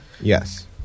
Yes